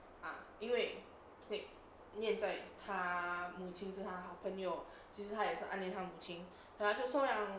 ah 因为 snape 念在他母亲是他好朋友其实他也是暗恋他母亲就收养他